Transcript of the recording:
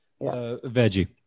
Veggie